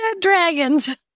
dragons